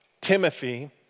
Timothy